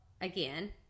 again